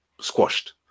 squashed